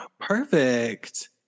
Perfect